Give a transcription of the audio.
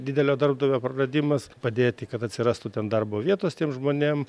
didelio darbdavio praradimas padėti kad atsirastų ten darbo vietos tiem žmonėm